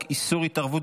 בעד,